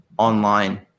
online